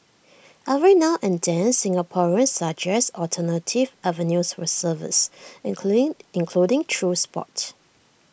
every now and then Singaporeans suggest alternative avenues for service including through Sport